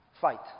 fight